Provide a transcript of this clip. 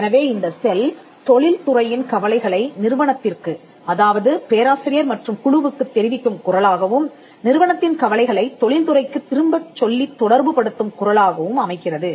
எனவே இந்த செல் தொழில்துறையின் கவலைகளை நிறுவனத்திற்கு அதாவது பேராசிரியர் மற்றும் குழுவுக்குத் தெரிவிக்கும் குரலாகவும் நிறுவனத்தின் கவலைகளைத் தொழில்துறைக்கு திரும்பச் சொல்லித் தொடர்புபடுத்தும் குரலாகவும் அமைகிறது